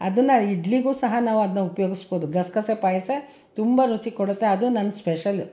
ಅದನ್ನು ಇಡ್ಲಿಗೂ ಸಹ ನಾವು ಅದನ್ನ ಉಪಯೋಗಿಸ್ಬೋದು ಗಸೆಗಸೆ ಪಾಯಸ ತುಂಬ ರುಚಿ ಕೊಡುತ್ತೆ ಅದು ನನ್ನ ಸ್ಪೆಷಲ್ಲು